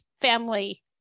family